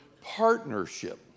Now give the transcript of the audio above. partnership